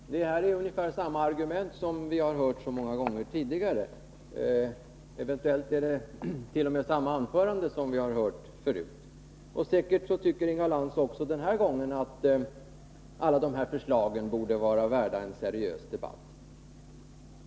Nr 120 Fru talman! Det här var ju argument som vi hört många gånger tidigare — Onsdagen den eventuellt var det t.o.m. samma anförande som vi hört förut. Säkerligen 22 april 1981 tycker Inga Lantz också den här gången att alla de här förslagen borde vara. värda en seriös debatt.